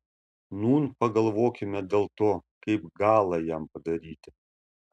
nūn pagalvokime dėl to kaip galą jam padaryti